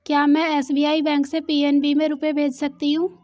क्या में SBI bank से पी.एन.बी में रुपये भेज सकती हूँ?